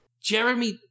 Jeremy